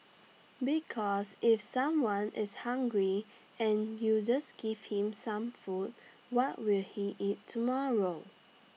because if someone is hungry and you just give him some food what will he eat tomorrow